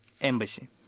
Embassy